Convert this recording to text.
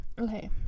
Okay